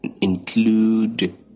include